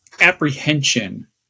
apprehension